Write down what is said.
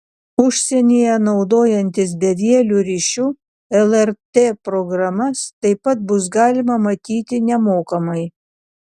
užsienyje naudojantis bevieliu ryšiu lrt programas taip pat bus galima matyti nemokamai